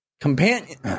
companion